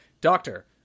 Doctor